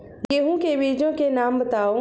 गेहूँ के बीजों के नाम बताओ?